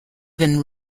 than